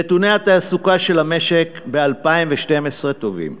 נתוני התעסוקה של המשק ב-2012 טובים.